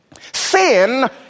Sin